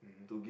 mmhmm